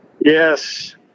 Yes